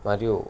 మరియు